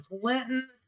Clinton